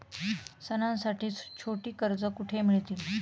सणांसाठी छोटी कर्जे कुठे मिळतील?